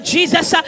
Jesus